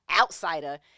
outsider